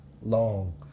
long